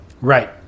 Right